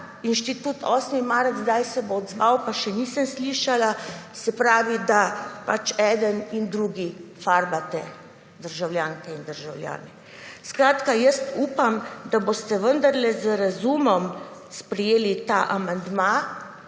Institut 8. marec kdaj se bo odzval pa še nisem slišala se pravi, da pač eden in drugi farbate državljanke in državljane. Skratka, jaz upam, da boste vendarle z razumom sprejeli ta amandma,